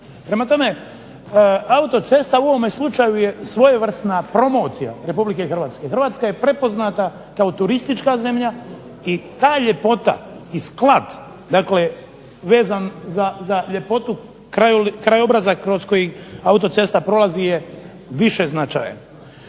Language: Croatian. Prema tome autocesta u ovome slučaju je svojevrsna promocija Republike Hrvatske, Hrvatska je prepoznata kao turistička zemlja i ta ljepota i sklad dakle vezan za ljepotu krajobraza kroz koji autocesta prolazi je višeznačajan.